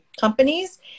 companies